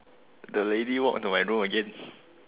the lady walk to my room again